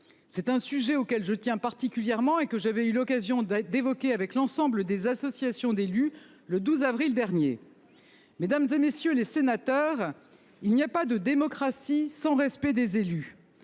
C'est un sujet auquel je tiens particulièrement et que j'avais eu l'occasion d'un d'évoquer avec l'ensemble des associations d'élus le 12 avril dernier. Mesdames, et messieurs les sénateurs. Il n'y a pas de démocratie sans respect des élus.